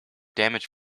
damage